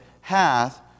hath